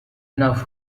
enough